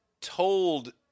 told